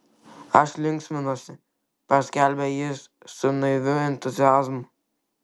aš linksminuosi paskelbė jis su naiviu entuziazmu